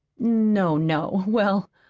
no, no well,